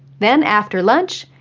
then after lunch,